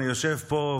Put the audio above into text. אני יושב פה,